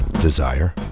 desire